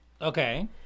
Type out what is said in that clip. Okay